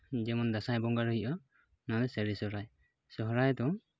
ᱡᱮᱢᱚᱱ ᱫᱟᱸᱥᱟᱭ ᱵᱚᱸᱜᱟᱨᱮ ᱦᱩᱭᱩᱜᱼᱟ ᱚᱱᱟᱫᱚ ᱥᱟᱹᱨᱤ ᱥᱚᱦᱨᱟᱭ ᱥᱚᱦᱨᱟᱭ ᱫᱚ